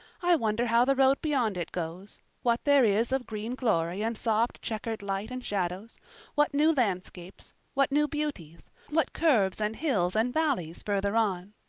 i wonder how the road beyond it goes what there is of green glory and soft, checkered light and shadows what new landscapes what new beauties what curves and hills and valleys further on.